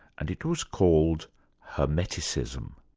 and it was called hermeticism.